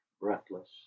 breathless